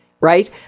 right